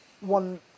one